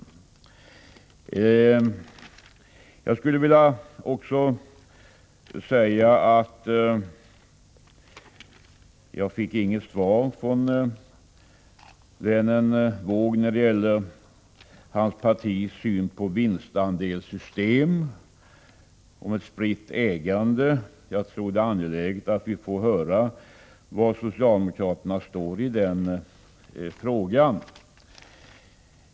Sedan skulle jag vilja säga att jag inte fick något svar från vännen Wååg när det gäller hans partis syn på vinstandelssystem, på ett spritt ägande. Jag tror att det är angeläget att vi får höra var socialdemokraterna står i den frågan.